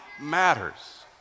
matters